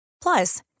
Plus